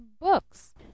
books